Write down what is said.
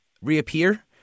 reappear